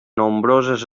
nombroses